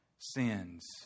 sins